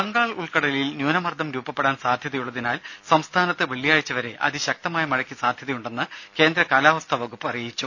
ബംഗാൾ ഉൾക്കടലിൽ ന്യൂനമർദ്ദം രൂപപ്പെടാൻ സാധ്യതയുള്ളതിനാൽ സംസ്ഥാനത്ത് വെള്ളിയാഴ്ച വരെ അതി ശക്തമായ മഴയ്ക്ക് സാധ്യതയുണ്ടെന്ന് കേന്ദ്ര കാലാവസ്ഥാ വകുപ്പ് അറിയിച്ചു